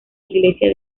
iglesia